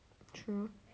true